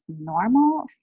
normal